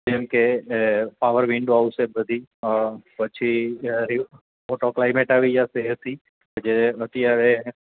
જેમ કે એ પાવર વિન્ડો આવશે બધી પછી ઓટો કલાઈમેટ આવી જાશે એસી જે અત્યારે